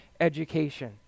education